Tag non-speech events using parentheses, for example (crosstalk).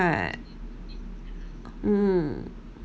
(noise) mm